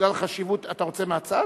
אתה רוצה מהצד?